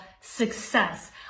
success